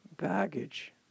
baggage